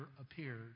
appeared